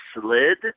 slid